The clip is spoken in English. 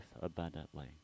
abundantly